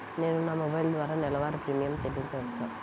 నేను నా మొబైల్ ద్వారా నెలవారీ ప్రీమియం చెల్లించవచ్చా?